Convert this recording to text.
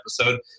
episode